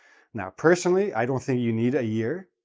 now, personally, i don't think you need a year,